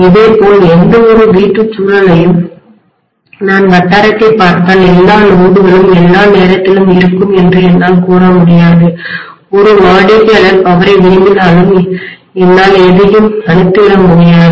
இதேபோல் எந்தவொரு வீட்டுச் சூழலையும் நான் வட்டாரத்தைப் பார்த்தால் எல்லா லோடுகளும் எல்லா நேரத்திலும் இருக்கும் என்று என்னால் கூற முடியாது ஒரு வாடிக்கையாளர் பவரை விரும்பினாலும் என்னால் எதையும் அனைத்து விட முடியாது